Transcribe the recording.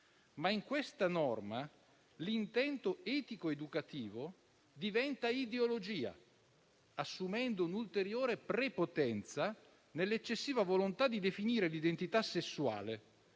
in questa norma l'intento etico-educativo diventa ideologia, assumendo un'ulteriore prepotenza nell'eccessiva volontà di definire l'identità sessuale.